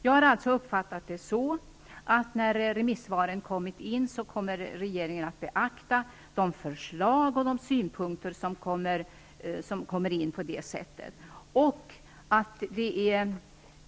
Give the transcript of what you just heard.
Jag har uppfattat det så, att regeringen kommer att beakta de förslag och de synpunkter som kommer in med remissvaren.